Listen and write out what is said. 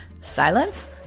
Silence